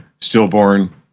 stillborn